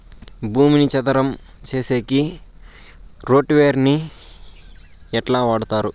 భూమిని చదరం సేసేకి రోటివేటర్ ని ఎట్లా వాడుతారు?